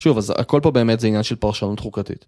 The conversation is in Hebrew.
שוב אז הכל פה באמת זה עניין של פרשנות חוקתית.